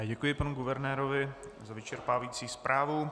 Já děkuji panu guvernérovi za vyčerpávající zprávu.